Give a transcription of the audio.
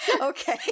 Okay